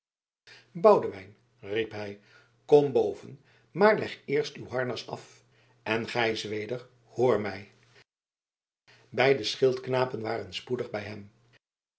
boudewijn riep hij kom boven maar leg eerst uw harnas af en gij zweder hoor mij beide schildknapen waren spoedig bij hem